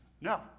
no